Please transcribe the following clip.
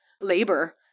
labor